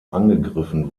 angegriffen